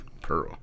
Pearl